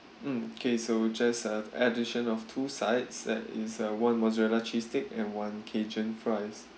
mm K so just a addition of two sides that is uh one mozzarella cheese stick and one cajun fries